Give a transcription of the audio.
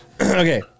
Okay